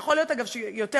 יכול להיות אגב שיותר,